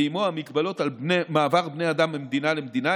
ועימו המגבלות על מעבר בני אדם ממדינה למדינה,